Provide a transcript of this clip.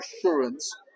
assurance